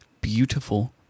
beautiful